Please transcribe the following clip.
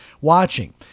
watching